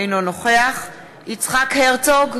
אינו נוכח יצחק הרצוג,